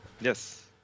Yes